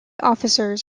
officers